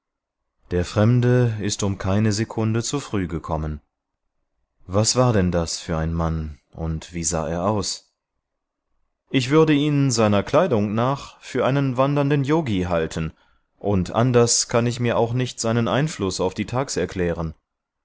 der fremde ist um keine sekunde zu früh gekommen was war denn das für ein mann und wie sah er aus ich würde ihn seiner kleidung nach für einen wandernden yogi halten und anders kann ich mir auch nicht seinen einfluß auf die thags erklären